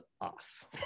off